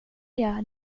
gör